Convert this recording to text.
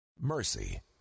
Mercy